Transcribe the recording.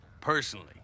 personally